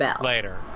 later